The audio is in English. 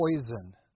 Poison